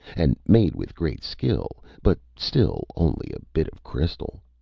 and made with great skill, but still only a bit of crystal.